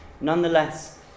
nonetheless